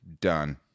done